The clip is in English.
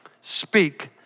speak